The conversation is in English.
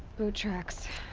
boot tracks.